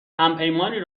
همپیمانی